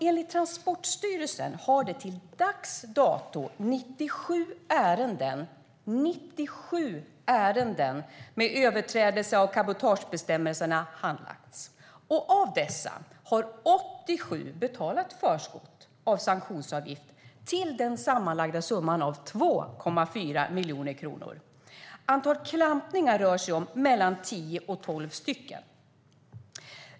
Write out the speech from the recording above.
Enligt Transportstyrelsen har till dags dato 97 ärenden - 97 ärenden - med överträdelse av cabotagebestämmelserna handlagts. Av dessa har 87 betalat förskott av sanktionsavgift till den sammanlagda summan av 2,4 miljarder kronor. Antalet klampningar rör sig om mellan tio och tolv stycken.